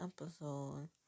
episode